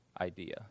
idea